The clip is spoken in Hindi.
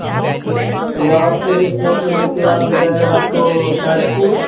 हाँ सुजावलपुर में स्टॉप लेने के बाद हो जाएगा आपको ताजपुर